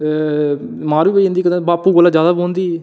ते मार बी पेई जदीं ही कदें बापू कोला जैदा पौंदी ही